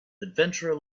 adventurer